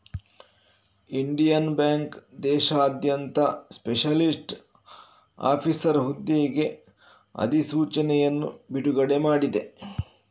Indian bank ದೇಶಾದ್ಯಂತ specialist officer ಹುದ್ದೆಗೆ ಅಧಿಸೂಚನೆಯನ್ನು ಬಿಡುಗಡೆ ಮಾಡಿದೆ